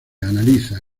analiza